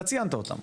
אתה ציינת אותם.